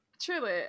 truly